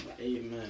Amen